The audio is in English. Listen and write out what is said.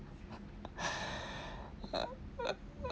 uh uh uh